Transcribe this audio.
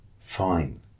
fine